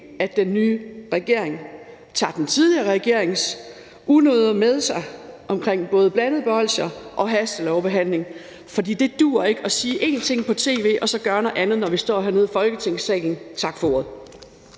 at den nye regering tager den tidligere regerings unoder med sig omkring både blandede bolsjer og hastelovbehandling, for det duer ikke at sige én ting på tv og så gøre noget andet, når vi står hernede i Folketingssalen. Tak for ordet.